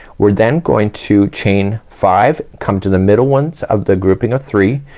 we're then going to chain five, come to the middle ones of the grouping of three,